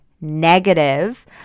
negative